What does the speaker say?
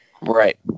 Right